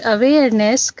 Awareness